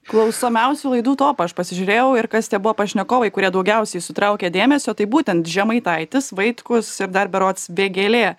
klausomiausių laidų topą aš pasižiūrėjau ir kas tie buvo pašnekovai kurie daugiausiai sutraukė dėmesio tai būtent žemaitaitis vaitkus ir dar berods vėgėlė